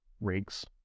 rigs